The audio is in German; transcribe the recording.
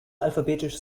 alphabetisch